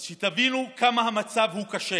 אז תבינו כמה המצב קשה.